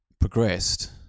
progressed